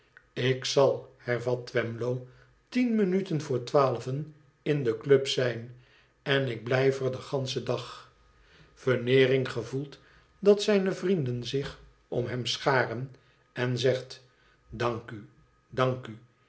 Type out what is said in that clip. ik zal hervat twemlow tien minuten voor twaalven in de club zijn en ik blijf er den ganschen dag veneering gevoelt dat zijne vrienden zich om hem scharen en zegt idank u dank u